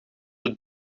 het